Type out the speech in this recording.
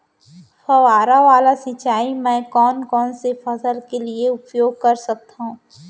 फवारा वाला सिंचाई मैं कोन कोन से फसल के लिए उपयोग कर सकथो?